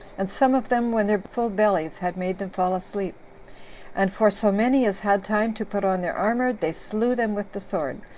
and some of them when their full bellies had made them fall asleep and for so many as had time to put on their armor, they slew them with the sword,